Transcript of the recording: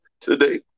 today